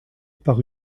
par